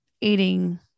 eating